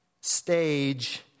stage